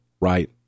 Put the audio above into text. right